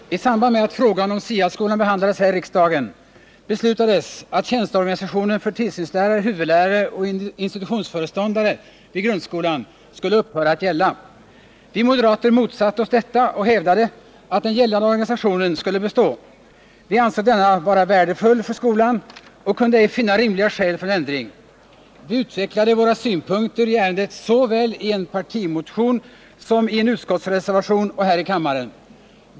Herr talman! I samband med att frågan om SIA-skolan behandlades här i riksdagen beslutades att tjänsteorganisationen för tillsynslärare, huvudlärare och institutionsföreståndare vid grundskolan skulle upphöra att gälla. Vi moderater motsatte oss detta och hävdade att den gällande organisationen skulle bestå. Vi ansåg detta vara värdefullt för skolan och kunde ej finna rimliga skäl för en ändring. Vi utvecklade våra synpunkter i ärendet såväl i en partimotion som i en utskottsreservation och här i kammaren.